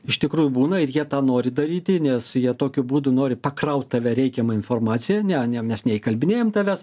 iš tikrųjų būna ir jie tą nori daryti nes jie tokiu būdu nori pakraut tave reikiama informacija ne ne mes neįkalbinėjam tavęs